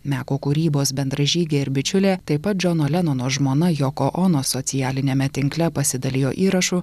meko kūrybos bendražygė ir bičiulė taip pat džono lenono žmona joko ono socialiniame tinkle pasidalijo įrašu